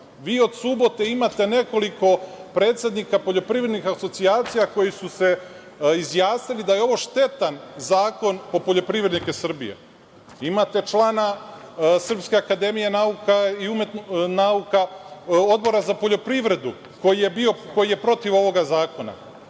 Vi od subote imate nekoliko predsednika poljoprivrednih asocijacija koje su se izjasnile da je ovo štetan zakon po poljoprivrednike Srbije. Imate člana SANU, Odbora za poljoprivredu koji je protiv ovog zakona.